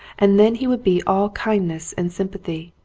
and then he would be all kindness and sympathy.